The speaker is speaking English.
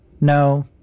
No